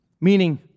Meaning